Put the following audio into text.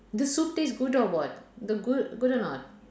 the soup taste good or what the goo~ good or not